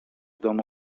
domu